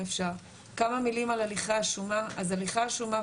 מילים על הליכי השומה, אז הליכי השומה.